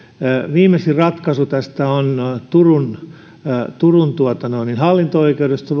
viimeisin ratkaisu tästä on vuodelta kaksituhattakuusitoista turun hallinto oikeudesta